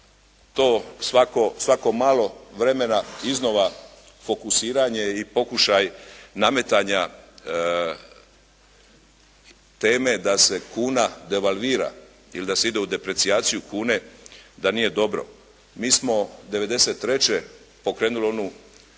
to svako malo vremena iznova fokusiranje i pokušaj nametanja teme da se kuna devalvira ili da se ide u deprecijaciju kune, da nije dobro. Mi smo '93. pokrenuli onu